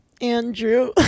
Andrew